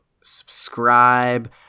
subscribe